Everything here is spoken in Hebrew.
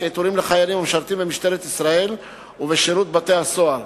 עיטורים לחיילים המשרתים במשטרת ישראל ובשירות בתי-הסוהר.